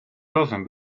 razem